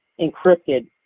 encrypted